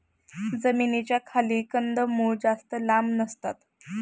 जमिनीच्या खाली कंदमुळं जास्त लांब नसतात